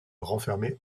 renfermait